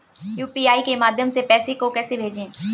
UPI के माध्यम से पैसे को कैसे भेजें?